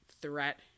threat